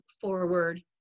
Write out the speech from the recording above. forward